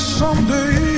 someday